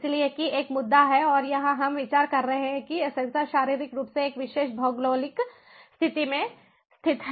इसलिए कि एक मुद्दा है और यहां हम विचार कर रहे हैं कि ये सेंसर शारीरिक रूप से एक विशेष भौगोलिक स्थिति में स्थित हैं